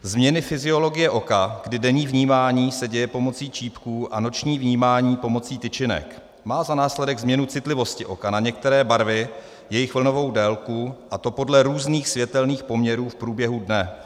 Změny fyziologie oka, kdy denní vnímání se děje pomocí čípků a noční vnímání pomocí tyčinek, má za následek změnu citlivosti oka na některé barvy, jejich vlnovou délku, a to podle různých světelných poměrů v průběhu dne.